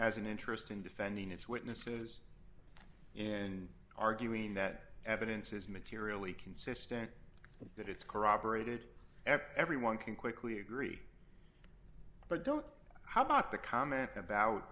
has an interest in defending its witnesses and arguing that evidence is materially consistent that it's corroborated everyone can quickly agree but don't how about the comment about